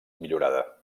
millorada